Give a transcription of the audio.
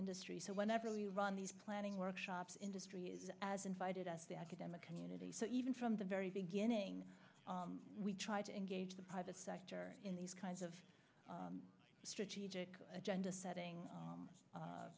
industry so whenever we run these planning workshops industry is as invited as the academic community so even from the very beginning we try to engage the private sector in these kinds of strategic agenda setting